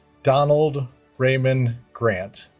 donald raymond grant